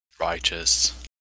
Righteous